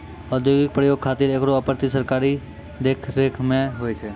औद्योगिक प्रयोग खातिर एकरो आपूर्ति सरकारी देखरेख म होय छै